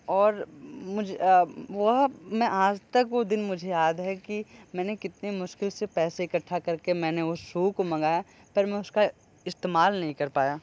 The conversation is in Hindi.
और वह मैं आज तक वो दिन मुझे याद है कि मैंने कितनी मुश्किल से पैसे इकट्ठा करके मैंने उस शू को मंगाया पर मैं उसका इस्तेमाल नहीं कर पाया